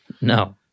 No